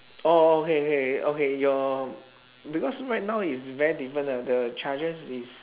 orh orh okay okay okay your because right now is very different ah the charges is